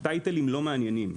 הטייטלים לא מעניינים.